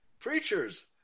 preachers